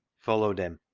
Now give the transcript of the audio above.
followed him.